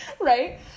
right